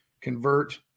convert